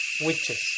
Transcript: witches